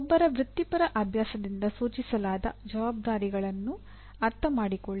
ಒಬ್ಬರ ವೃತ್ತಿಪರ ಅಭ್ಯಾಸದಿಂದ ಸೂಚಿಸಲಾದ ಜವಾಬ್ದಾರಿಗಳನ್ನು ಅರ್ಥಮಾಡಿಕೊಳ್ಳಿ